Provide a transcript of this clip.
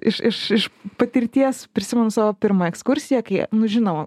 iš iš iš patirties prisimenu savo pirmą ekskursiją kai nu žinau